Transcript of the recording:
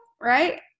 right